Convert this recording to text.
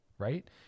right